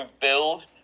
build